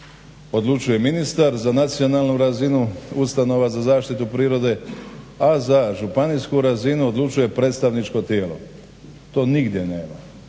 odlučuje ministar za nacionalnu razinu ustanova za zaštitu prirode, a za županijsku razinu odlučuje predstavničko tijelo. To nigdje nema,